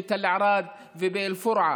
בתל ערד ובאל-פורעה,